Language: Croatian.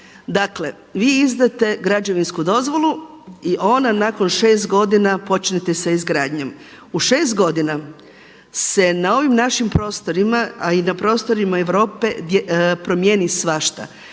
Dakle, vi izdate građevinsku dozvolu i ona nakon 6 godina počnete sa izgradnjom. U šest godina se na ovim našim prostorima, a i na prostorima Europe promijeni svašta.